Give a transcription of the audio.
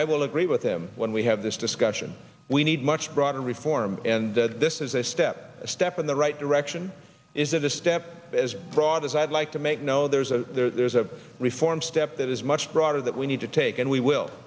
i will agree with him when we have this discussion we need much broader reform and that this is a step a step in the right direction is that a step as broad as i'd like to make no there's a there's a reform step that is much broader that we need to take and we will